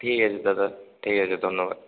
ঠিক আছে দাদা ঠিক আছে ধন্যবাদ